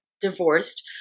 divorced